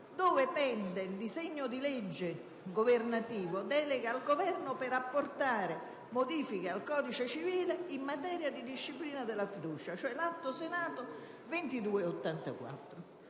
dove pende il disegno di legge governativo recante la delega al Governo per apportare modifiche al codice civile in materia di disciplina della fiducia, ossia l'Atto Senato n. 2284.